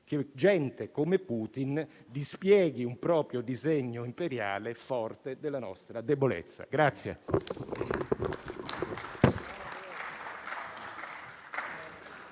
che gente come Putin dispieghi un proprio disegno imperiale, forte della nostra debolezza.